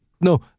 No